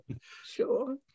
Sure